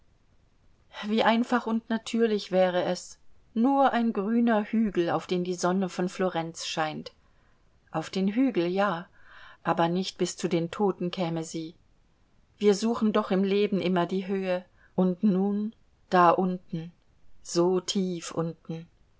wie einfach und natürlich wäre es nur ein grüner hügel auf den die sonne von florenz scheint auf den hügel ja aber nicht bis zu den toten käme sie wir suchen doch im leben immer die höhe und nun da unten so tief unten